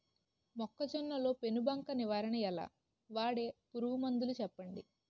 మొక్కజొన్న లో పెను బంక నివారణ ఎలా? వాడే పురుగు మందులు చెప్పండి?